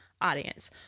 audience